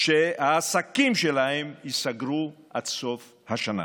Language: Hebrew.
שהעסקים שלהם ייסגרו עד סוף השנה.